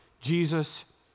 Jesus